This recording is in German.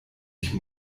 ich